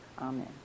amen